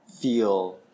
feel